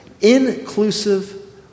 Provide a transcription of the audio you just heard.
inclusive